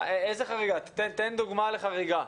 תן דוגמה לחריגה,